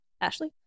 Ashley